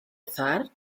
azahar